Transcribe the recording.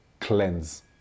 cleanse